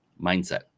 mindset